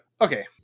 Okay